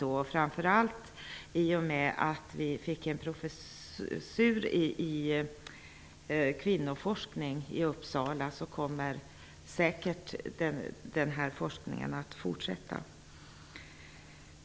I och med att man i Uppsala inrättat en professur för kvinnoforskning kommer säkert denna forskning att fortsätta.